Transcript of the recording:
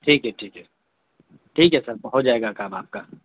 ٹھیک ہے ٹھیک ہے ٹھیک ہے سر ہو جائے گا کام آپ کا